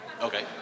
Okay